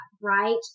right